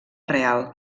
real